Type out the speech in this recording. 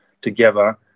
together